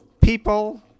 people